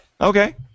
Okay